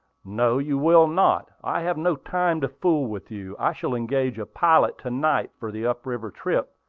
no, you will not. i have no time to fool with you. i shall engage a pilot to-night for the up-river trip,